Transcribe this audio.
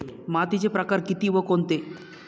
मातीचे प्रकार किती व कोणते?